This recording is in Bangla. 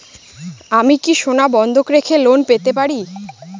আমি কি সোনা বন্ধক রেখে লোন পেতে পারি?